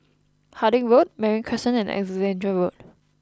Harding Road Marine Crescent and Alexandra Road